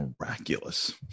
miraculous